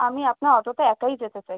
আমি আপনার অটোতে একাই যেতে চাই